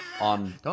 on